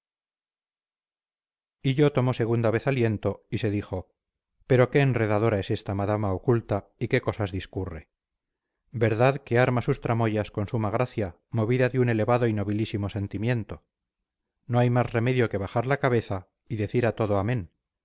da hillo tomó segunda vez aliento y se dijo pero qué enredadora es esta madama oculta y qué cosas discurre verdad que arma sus tramoyas con suma gracia movida de un elevado y nobilísimo sentimiento no hay más remedio que bajar la cabeza y decir a todo amén